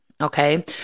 okay